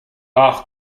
auch